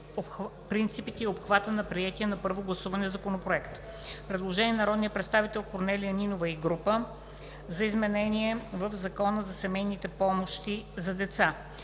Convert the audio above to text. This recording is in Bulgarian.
принципите и обхвата на приетия на първо гласуване законопроект. Предложение на народния представител Корнелия Нинова и група народни представители за изменение в Закона за семейни помощи за деца.